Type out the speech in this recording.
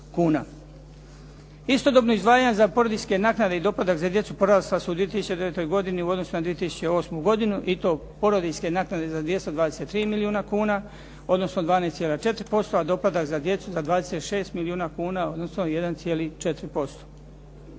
Istodobno, izdvajanja za porodiljske naknade i doplatak za djecu porasla su u 2009. godini u odnosu na 2008. godinu i to porodiljske naknade za 223 milijuna kuna, odnosno 12,4%, a doplatak za djecu za 26 milijuna kuna, odnosno 1,4%.